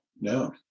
No